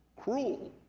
cruel